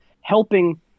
helping